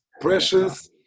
Precious